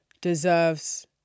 deserves